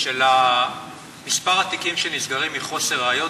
של מספר התיקים שנסגרים מחוסר ראיות,